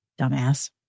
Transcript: Dumbass